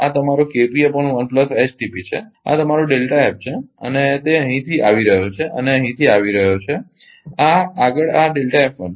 આ તમારો છે આ તમારો છે અને તે અહીંથી આવી રહ્યો છે તે અહીંથી આવી રહ્યો છે અને આગળ આ છે